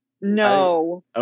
No